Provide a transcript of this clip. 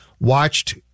watched